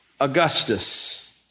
Augustus